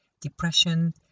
depression